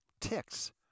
ticks